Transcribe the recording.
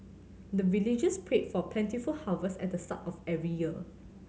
the villagers pray for plentiful harvest at the start of every year